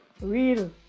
Real